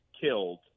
killed